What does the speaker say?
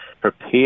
prepare